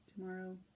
tomorrow